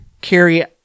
carry